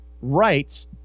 rights